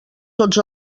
tots